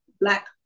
Black